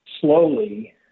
slowly